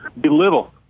belittle